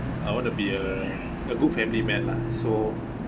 I want to be a a good family man lah so